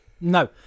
No